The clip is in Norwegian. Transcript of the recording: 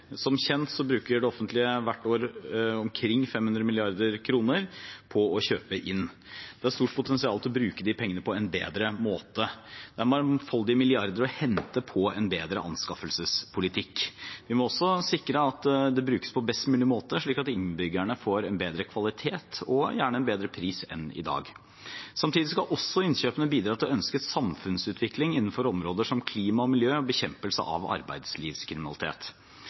Som kjent bruker det offentlige hvert år omkring 500 mrd. kr på å kjøpe inn. Det er et stort potensial for å bruke disse pengene på en bedre måte. Det er mangfoldige milliarder å hente på en bedre anskaffelsespolitikk. Vi må også sikre at de brukes på en best mulig måte, slik at innbyggerne får en bedre kvalitet og gjerne en bedre pris enn i dag. Samtidig skal også innkjøpene bidra til ønsket samfunnsutvikling innenfor områder som klima og miljø og bekjempelse av arbeidslivskriminalitet.